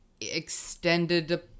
extended